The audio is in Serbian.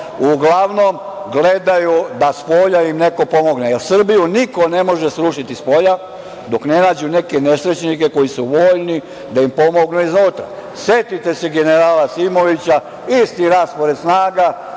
Uglavnom gledaju da spolja im neko pomogne, jer Srbiju niko ne može srušiti spolja, dok ne nađu neke nesrećnike koji su voljni da im pomognu iznutra. Setite se generala Simovića, isti raspored snaga,